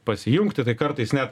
pasijungti tai kartais net